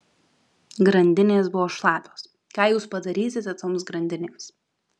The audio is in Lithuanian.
grandinės buvo šlapios ką jūs padarysite toms grandinėms